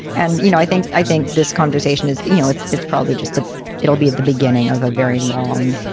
and, you know, i think i think this conversation is you know, it's it's probably just that it'll be at the beginning of a very long,